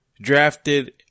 drafted